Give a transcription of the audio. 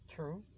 True